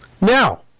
Now